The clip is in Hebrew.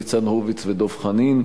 ניצן הורוביץ ודב חנין,